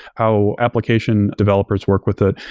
how application developers work with it.